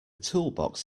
toolbox